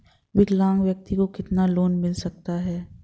विकलांग व्यक्ति को कितना लोंन मिल सकता है?